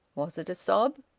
was it a sob?